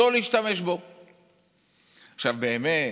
עכשיו באמת,